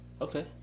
okay